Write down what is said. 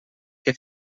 que